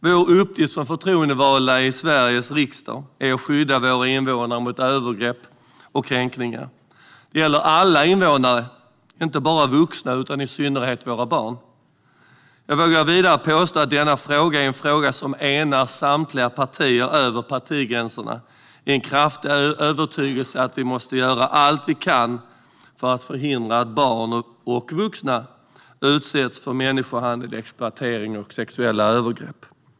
Vår uppgift som förtroendevalda i Sveriges riksdag är att skydda våra invånare mot övergrepp och kränkningar. Det gäller alla invånare, inte bara vuxna utan i synnerhet våra barn. Jag vågar vidare påstå att denna fråga är en fråga som enar samtliga partier över partigränserna i en kraftig övertygelse att vi måste göra allt vi bara kan för att förhindra att barn och vuxna utsätts för människohandel, exploatering och sexuella övergrepp.